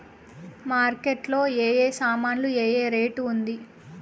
Market లో ఏ ఏ సామాన్లు ఏ ఏ రేటు ఉంది?